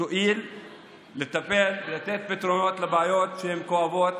תואיל לטפל ולתת פתרונות לבעיות שהן כואבות,